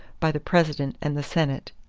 by the president and the senate.